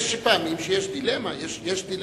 יש פעמים שיש דילמה, יש דילמות.